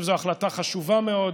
זו החלטה חשובה מאוד,